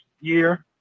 year